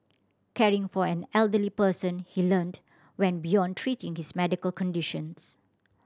caring for an elderly person he learnt went beyond treating his medical conditions